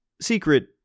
Secret